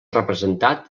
representat